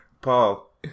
Paul